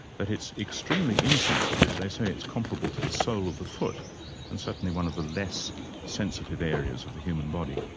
that it's extremely insensitive. they say it's comparable to the sole of the foot and certainly one of the less sensitive areas of the human body.